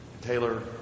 Taylor